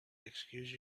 excuse